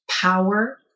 power